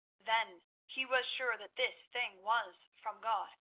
then he was sure that this thing was from god,